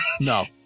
No